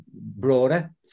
broader